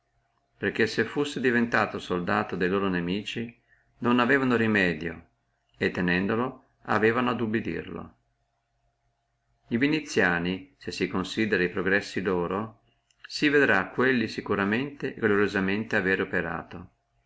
perché se fussi diventato soldato di loro nemici non avevano remedio e se lo tenevano aveano ad obedirlo viniziani se si considerrà e progressi loro si vedrà quelli avere securamente e gloriosamente operato